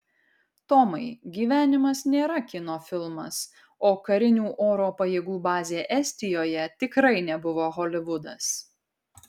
tomai gyvenimas nėra kino filmas o karinių oro pajėgų bazė estijoje tikrai nebuvo holivudas